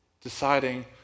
deciding